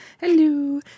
Hello